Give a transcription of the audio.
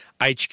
HQ